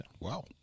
Wow